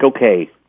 okay